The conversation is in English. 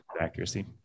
accuracy